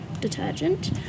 detergent